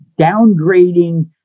downgrading